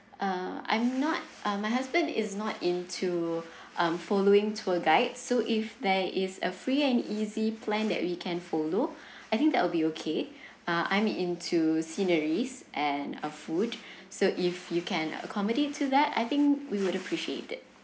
uh I'm not uh my husband is not into um following tour guide so if there is a free and easy plan that we can follow I think that will be okay uh I'm into sceneries and uh food so if you can accommodate to that I think we would appreciate that